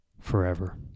forever